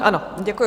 Ano, děkuji.